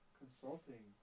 consulting